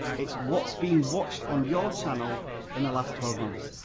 it's what's being watched on your channel in the last twelve months.